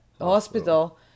hospital